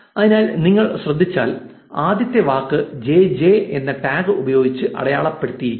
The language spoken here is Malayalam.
അതിനാൽ നിങ്ങൾ ശ്രദ്ധിച്ചാൽ ആദ്യത്തെ വാക്ക് ജെ ജെ എന്ന ടാഗ് ഉപയോഗിച്ച് അടയാളപ്പെടുത്തിയിരിക്കുന്നു